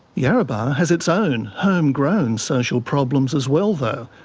yarrabah has its own home-grown social problems as well though,